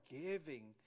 giving